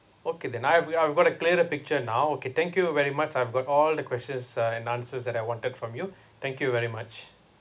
okay then I've I've got a clearer picture now okay thank you very much I've got all the questions uh and answers that I wanted from you thank you very much